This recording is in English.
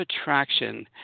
attraction